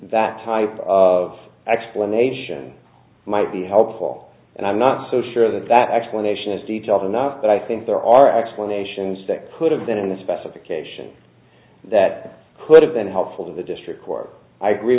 that type of explanation might be helpful and i'm not so sure that that explanation is details enough but i think there are explanations that could have been in the specification that could have been helpful to the district court i agree